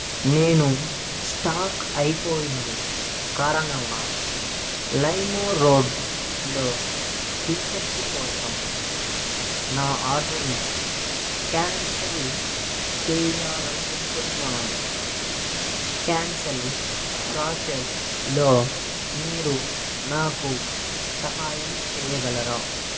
నేను స్టాక్ అయిపోయింది కారణంగా లైమ్ రోడ్లో టీ షర్టు కోసం నా ఆర్డర్ను క్యాన్సిల్ చెయ్యాలి అనుకుంటున్నాను క్యాన్సిల్ ప్రోసెస్లో మీరు నాకు సహాయం చేయగలరా